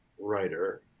writer